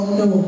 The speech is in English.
no